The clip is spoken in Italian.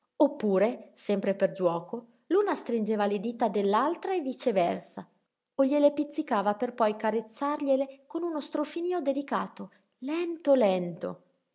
oppure sempre per giuoco l'una stringeva le dita dell'altra e viceversa o gliele pizzicava per poi carezzargliele con uno strofinío delicato lento lento